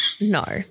No